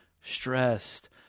stressed